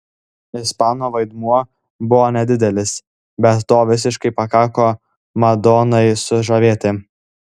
ispano vaidmuo buvo nedidelis bet to visiškai pakako madonai sužavėti